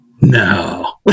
no